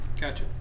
Gotcha